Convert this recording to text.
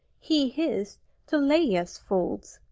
he his to laius' folds.